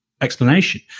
explanation